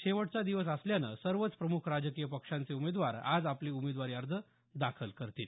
शेवटचा दिवस असल्यामुळे सर्वच प्रमुख राजकीय पक्षांचे उमेदवार आज आपले उमेदवारी अर्ज दाखल करतील